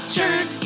turn